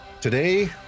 today